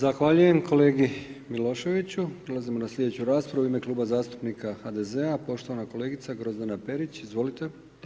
Zahvaljujem kolegi Miloševiću, prelazimo na slijedeću raspravu u ime Kluba zastupnika HDZ-a, poštovana kolegica Grozdana Perić, izvolite.